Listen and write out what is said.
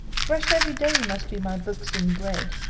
fresh every day must be my books and bread.